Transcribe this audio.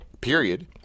period